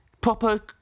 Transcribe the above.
proper